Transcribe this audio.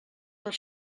per